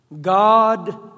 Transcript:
God